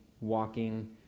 walking